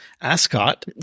ascot